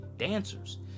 dancers